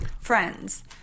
Friends